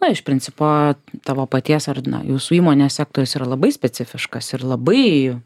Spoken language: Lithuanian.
na iš principo tavo paties ar ne jūsų įmonės sektorius yra labai specifiškas ir labai